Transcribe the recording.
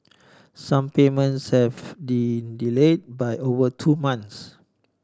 some payments have delay by over two months